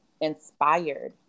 inspired